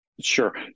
Sure